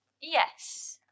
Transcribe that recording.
Yes